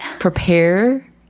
Prepare